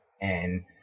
and-